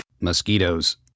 Mosquitoes